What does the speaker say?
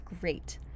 great